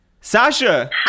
Sasha